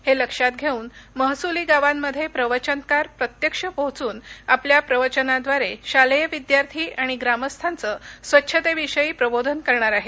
हे लक्षात घेऊन महसुली गावामध्ये प्रवचनकार प्रत्यक्ष पोहचून आपल्या प्रवचानाद्वारे शालेय विद्यार्थी आणि ग्रामस्थांच स्वच्छतेविषयी प्रबोधन करणार आहेत